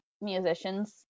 musicians